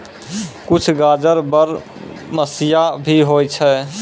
कुछ गाजर बरमसिया भी होय छै